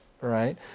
right